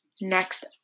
next